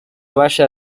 baya